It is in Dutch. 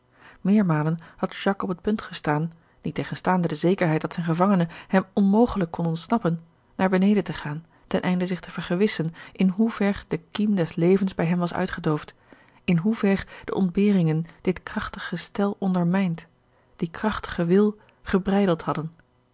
meermalen had jacques op het punt gestaan niettegenstaande de zekerheid dat zijn gevangene hem onmogelijk kon ontsnappen naar beneden te gaan ten einde zich te vergewissen in hoe ver de kiem des levens bij hem was uitgedoofd in hoe ver de ontberingen dit krachtig gestel ondermijnd dien krachtigen wil gebreideld hadden